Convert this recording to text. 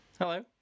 Hello